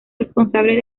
responsables